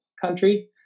country